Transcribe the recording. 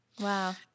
Wow